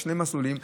שני מסלולים,